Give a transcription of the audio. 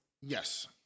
Yes